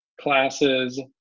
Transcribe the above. classes